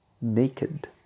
naked